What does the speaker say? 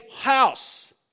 house